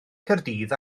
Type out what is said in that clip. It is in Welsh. caerdydd